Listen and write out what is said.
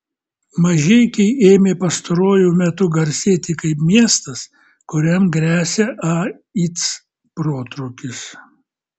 mažeikiai ėmė pastaruoju metu garsėti kaip miestas kuriam gresia aids protrūkis